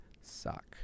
suck